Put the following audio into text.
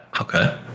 Okay